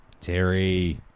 Terry